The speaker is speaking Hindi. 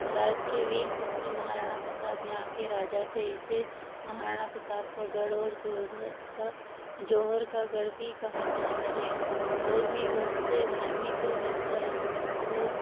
भारत के वीर पुत्र महाराणा प्रताप यहाँ के राजा थे इसे महाराणा प्रताप का गढ़ और जो जौहर का गढ़ भी कहा जाता है और भी बहुत से धार्मिक स्थल और